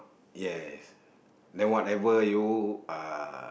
yes then whatever you uh